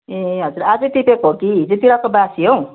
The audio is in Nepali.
ए हजुर आजै टिपेको हो कि हिजोतिरको बासी हौ